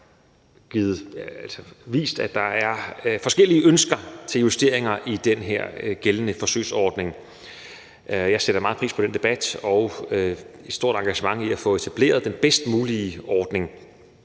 vist, at der er forskellige ønsker til justeringer af den her gældende forsøgsordning. Jeg sætter meget pris på den debat og det store engagement i at få etableret den bedst mulige ordning.